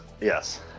yes